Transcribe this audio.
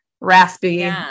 raspy